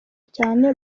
cyane